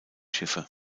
schiffe